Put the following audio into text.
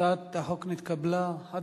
הצעת החוק נתקבלה בקריאה שנייה ושלישית.